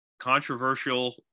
controversial